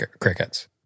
crickets